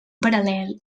paral·lel